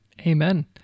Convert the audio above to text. Amen